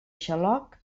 xaloc